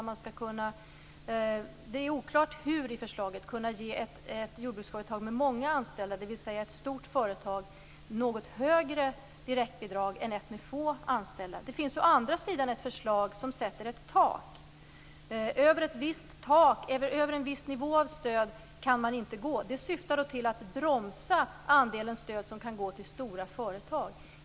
Man skall alltså, oklart hur, kunna ge ett jordbruksföretag med många anställda, dvs. ett stort företag, något högre direktbidrag än ett med få anställda. Å andra sidan finns det ett förslag som sätter ett tak - över en viss nivå av stöd kan man inte gå. Detta syftar till att bromsa andelen stöd som kan gå till stora företag.